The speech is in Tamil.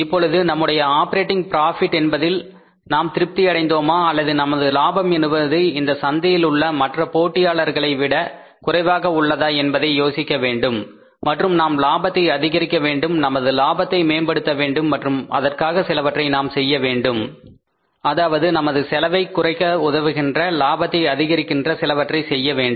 இப்பொழுது நம்முடைய ஆப்பரேட்டிங் பிராபிட் என்பதில் நாம் திருப்தி அடைந்தோமா அல்லது நமது லாபம் என்பது இந்த சந்தையில் உள்ள மற்ற போட்டியாளர்களை விட குறைவாக உள்ளதா என்பதை யோசிக்க வேண்டும் மற்றும் நாம் லாபத்தை அதிகரிக்க வேண்டும் நமது லாபத்தை மேம்படுத்த வேண்டும் மற்றும் அதற்காக சிலவற்றை நாம் செய்ய வேண்டும் அதாவது நமது செலவை குறைக்க உதவுகின்ற லாபத்தை அதிகரிக்கின்ற சிலவற்றை செய்ய வேண்டும்